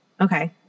Okay